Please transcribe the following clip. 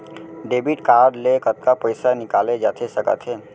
Debit card ले कतका पइसा निकाले जाथे सकत हे?